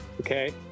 okay